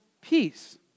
peace